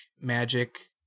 magic